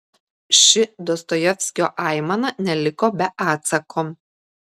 ši dostojevskio aimana neliko be atsako